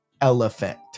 elephant